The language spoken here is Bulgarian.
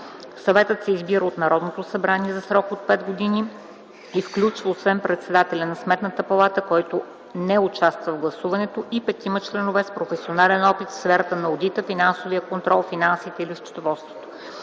Съветът се избира от Народното събрание за срок от пет години и включва освен председателя на Сметната палата, който не участва в гласуване, и петима членове с професионален опит в сферата на одита, финансовия контрол, финансите или счетоводството.